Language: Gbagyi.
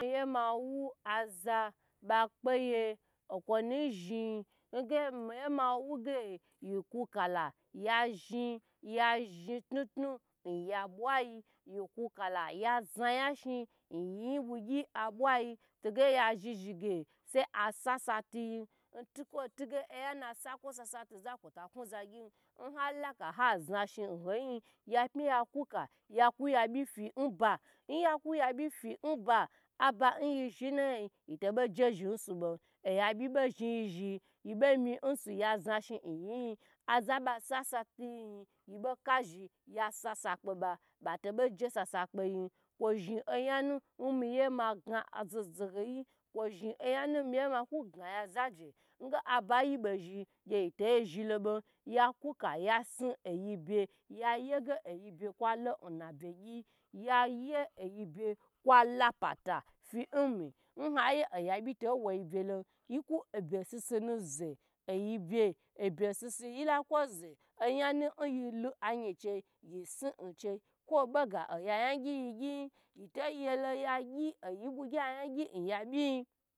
Miye ma wu aza okwo nu zhi nga miye ma wugu yi ku kala yazhi ya zhi knu knu nya bwayi yika kala ya za yan bwuyi toge ya zhi zhigu sai asa sa tiyin ntukwo tin nge oyen na sakwo sasa tiza kwo ta ku za gyn nha laka ha za shi nhoi, ya pmi ya ku ka yaku ya bi fi nba, nyaku yabi fi nba aba nyi zhi nayi yito bo je zhi nsa su bo oya byibo zhi yi zhi yibo mi nsu ya za shi nyi-yn aza ba sa sa tiyin yibo ka shi yasa sa kpeba bato bo je sasa kpeyin kwo zhin oyanu nmiye maga ze ho zehoyi kwi zhi oyan omna ku ga oya zage aba yibo zhn gye yito zhilo bon ya kuka ya si oyi be oyi be kwalo nabei gyi ye ye ge oyi bye kwa la pata fimi ntige oya byi to wo yi bye lo yikwu obye sisi nu ze oyi be be sisi yi lako ze oyanu yi li ayen chei yi si nche kwo bega oya yan gyi yi gyi ye to yelo ya gyi oyi bu gyi aya gyi nya byin